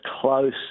close